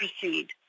proceed